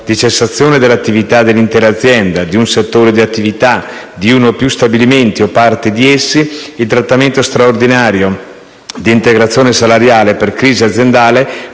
di cessazione dell'attività dell'intera azienda, di un settore di attività, di uno o più stabilimenti o parti di essi, il trattamento straordinario d'integrazione salariale per crisi aziendale